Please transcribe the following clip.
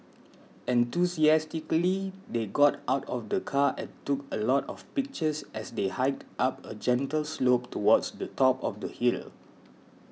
enthusiastically they got out of the car and took a lot of pictures as they hiked up a gentle slope towards the top of the hill